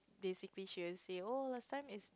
basically she was say oh last time is